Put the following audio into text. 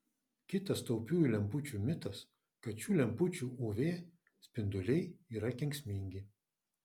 kitas taupiųjų lempučių mitas kad šių lempučių uv spinduliai yra kenksmingi